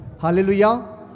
Hallelujah